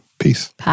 Peace